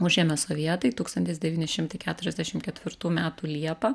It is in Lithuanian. užėmė sovietai tūkstantis devyni šimtai keturiasdešim ketvirtų metų liepą